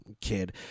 kid